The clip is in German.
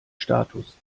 status